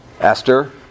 Esther